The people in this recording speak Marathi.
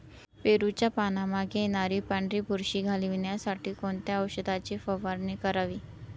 पेरूच्या पानांमागे येणारी पांढरी बुरशी घालवण्यासाठी कोणत्या औषधाची फवारणी करावी?